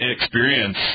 experience